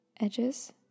edges